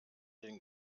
den